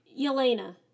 Yelena